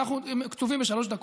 ואנחנו קצובים לשלוש דקות.